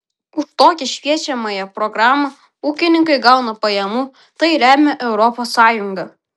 už tokią šviečiamąją programą ūkininkai gauna pajamų tai remia europos sąjunga